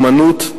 אמנות,